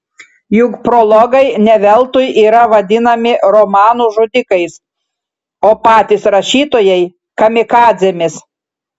juk prologai ne veltui yra vadinami romanų žudikais o patys rašytojai kamikadzėmis